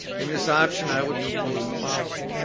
in this option i would propose the following